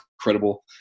incredible